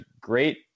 great